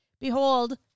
Behold